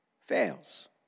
fails